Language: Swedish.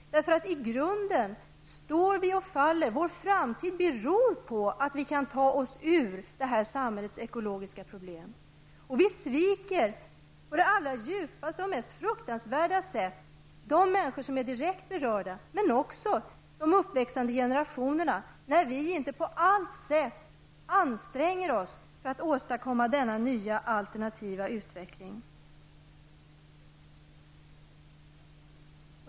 I grunden står vi och faller. Vår framtid beror på att vi kan ta oss ur detta samhällets ekologiska problem. Vi sviker på det allra djupaste och mest fruktansvärda sätt de människor som är direkt berörda, men också de uppväxande generationer där vi inte på allt sätt anstränger oss för att åstadkomma denna nya alternativa utveckling.